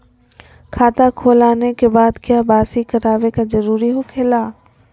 खाता खोल आने के बाद क्या बासी करावे का जरूरी हो खेला?